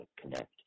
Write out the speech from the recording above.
connect